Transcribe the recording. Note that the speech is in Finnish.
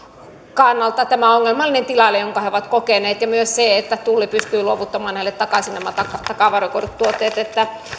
kannalta ongelmallinen tilanne jonka he ovat kokeneet ja myös se että tulli pystyy luovuttamaan heille takaisin nämä takavarikoidut tuotteet